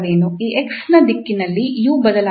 ಈ 𝑥 ನ ದಿಕ್ಕಿನಲ್ಲಿ 𝑢 ಬದಲಾಗುವುದಿಲ್ಲ